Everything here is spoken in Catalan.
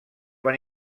van